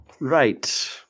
Right